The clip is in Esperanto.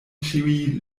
ĉiuj